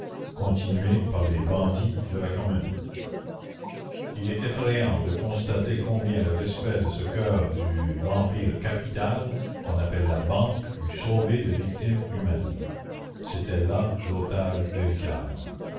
continuée par les bandits de la commune il est effrayant de constater combien le respect de ce cœur du vampire capital qu'on appelle la banque eût sauvé de victimes humaines c'était là l'otage véritable